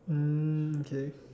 mm okay